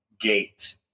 gate